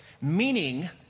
meaning